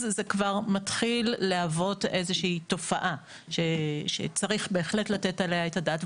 זה כבר מתחיל להוות איזושהי תופעה שצריך בהחלט לתת עליה את הדעת,